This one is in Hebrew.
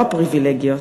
לא הפריבילגיות,